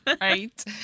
right